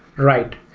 right.